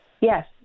Yes